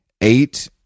eight